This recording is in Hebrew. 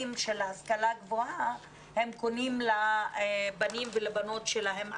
של השכלה גבוהה הם קונים לבנים ולבנות שלהם עתיד.